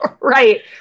Right